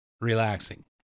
relaxing